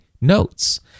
notes